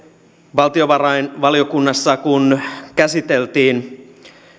valtiovarainvaliokunnassa kun käsiteltiin